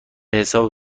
حساب